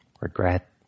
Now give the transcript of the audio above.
regret